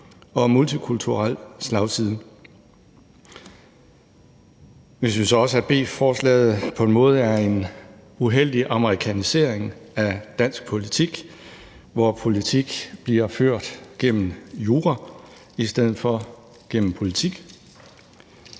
og multikulturelt slagside. Vi synes også, at B-forslaget på en måde er en uheldig amerikanisering af dansk politik, hvor politik bliver ført gennem jura i stedet for gennem politik.